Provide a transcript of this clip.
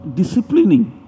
disciplining